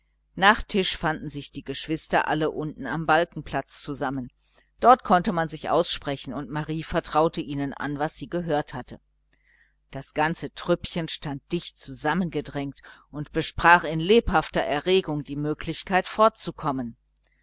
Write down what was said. tisch fanden sich die geschwister alle unten am balkenplatz zusammen dort konnte man sich aussprechen und marie vertraute ihnen an was sie gehört hatte das ganze trüppchen stand dicht zusammengedrängt und besprach in lebhafter erregung die möglichkeit fortzukommen